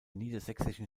niedersächsischen